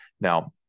Now